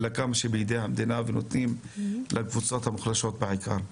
אני בעד שזה יהיה כמה שיותר בידי המדינה ושיתנו לקבוצות המוחלשות בעיקר.